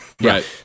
Right